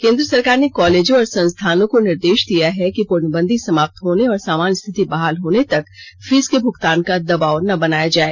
केंद्र सरकार ने कॉलेजों और संस्थानों को निर्देश दिया है कि पूर्णबंदी समाप्त होने और सामान्य स्थिति बहाल होने तक फीस के भुगतान का दबाव न बनाया जाए